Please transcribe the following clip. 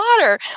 water